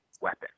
weapon